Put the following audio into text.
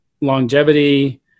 longevity